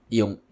yung